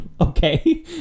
Okay